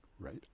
Right